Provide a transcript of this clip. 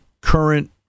current